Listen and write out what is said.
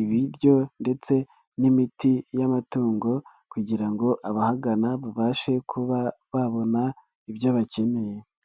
ibiryo ndetse n'imiti y'amatungo kugira ngo abahagana babashe kuba babona ibyo bakeneye.